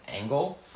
angle